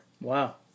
Wow